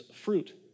fruit